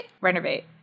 Renovate